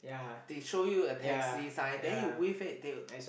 they show you a taxi sign then you wave it they'll